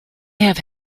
have